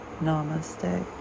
Namaste